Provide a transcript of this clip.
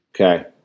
Okay